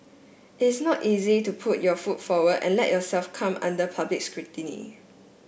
it's not easy to put your foot forward and let yourself come under public scrutiny